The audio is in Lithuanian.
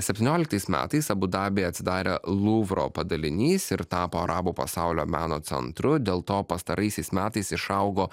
septynioliktais metais abu dabyje atsidarė luvro padalinys ir tapo arabų pasaulio meno centru dėl to pastaraisiais metais išaugo